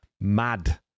mad